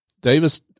davis